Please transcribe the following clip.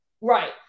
Right